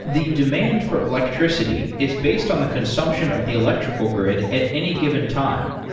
the demand for electricity is based on the consumption of the electrical grid at any given time.